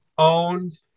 owned